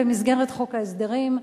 במסגרת חוק ההסדרים,